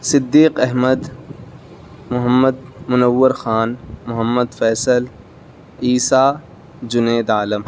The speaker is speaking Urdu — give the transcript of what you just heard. صدیق احمد محمد منور خان محمد فیصل عیسیٰ جنید عالم